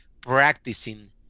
practicing